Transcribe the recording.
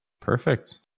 Perfect